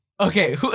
Okay